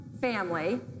family